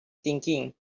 thinking